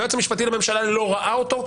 והיועץ המשפטי לממשלה לא ראה אותו,